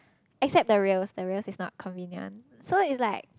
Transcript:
except the rails the rails is not convenient so is like